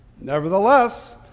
Nevertheless